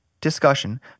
discussion